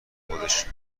خودش